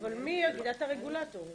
את הרגולטור.